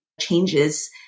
changes